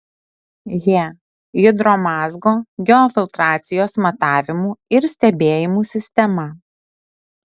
he hidromazgo geofiltracijos matavimų ir stebėjimų sistema